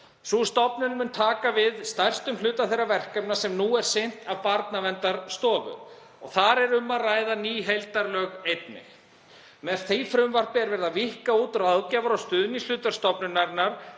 Sú stofnun mun taka við stærstum hluta þeirra verkefna sem nú er sinnt af Barnaverndarstofu og þar er einnig um að ræða ný heildarlög. Með því frumvarpi er verið að víkka út ráðgjafar- og stuðningshlutverk stofnunarinnar.